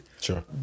Sure